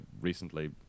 recently